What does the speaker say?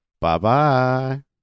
Bye-bye